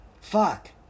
Fuck